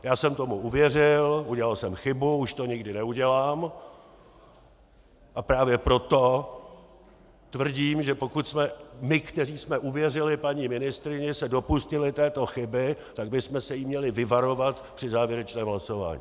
Já jsem tomu uvěřil, udělal jsem chybu, už to nikdy neudělám, a právě proto tvrdím, že pokud jsme se my, kteří jsme uvěřili paní ministryni, dopustili této chyby, tak bychom se jí měli vyvarovat při závěrečném hlasování.